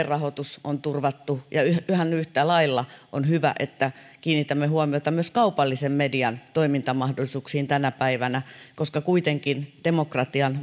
rahoitus on turvattu ihan yhtä lailla on hyvä että kiinnitämme huomiota myös kaupallisen median toimintamahdollisuuksiin tänä päivänä koska kuitenkin demokratian